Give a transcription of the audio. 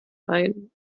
ein